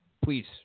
Please